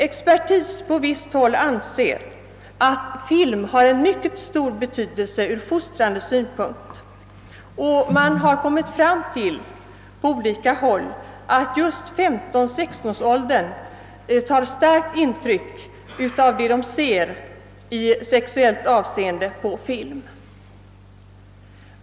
Expertis på visst håll anser att film har en mycket stor betydelse ur fostrande synpunkt, och man har på olika håll kommit fram till att just 15—16 åringar tar starkt intryck av det de ser i sexuellt avseende på film.